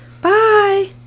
bye